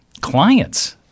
clients